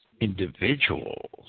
individuals